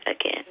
again